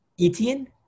Etienne